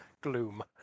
gloom